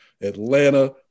Atlanta